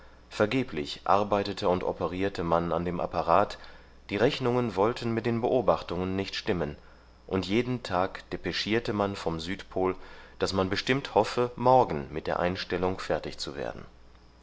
vergeblich arbeitete und operierte man an dem apparat die rechnungen wollten mit den beobachtungen nicht stimmen und jeden tag depeschierte man vom südpol daß man bestimmt hoffe morgen mit der einstellung fertig zu werden